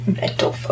Mental